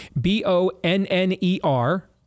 B-O-N-N-E-R